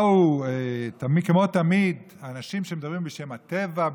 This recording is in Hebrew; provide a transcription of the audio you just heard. באו כמו תמיד אנשים שמדברים בשם הטבע,